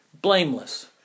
blameless